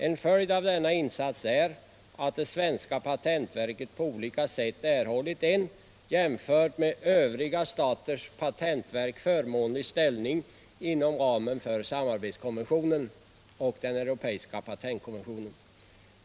En följd av denna insats är att det svenska patentverket på olika sätt erhållit en jämfört med övriga staters patentverk förmånlig ställning inom ramen för samarbetskonventionen och den europeiska patentkonventionen.